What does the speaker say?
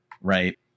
right